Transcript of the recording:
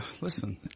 listen